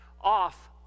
off